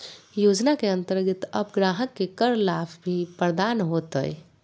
योजना के अंतर्गत अब ग्राहक के कर लाभ भी प्रदान होतय